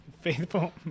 faithful